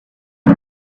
you